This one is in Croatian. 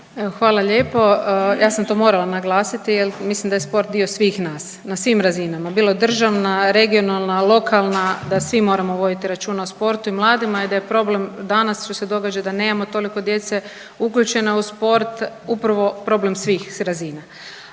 Hvala lijepo, ja sam to morala naglasiti jer mislim da je sport dio svih nas, na svim razinama bilo državna, regionalna, lokalna da svi moramo voditi računa o sportu i mladima i da je problem danas što se događa da nemamo toliko djece uključene u sport upravo problem svih razina.